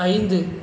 ஐந்து